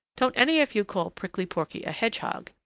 don't any of you call prickly porky a hedgehog.